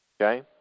okay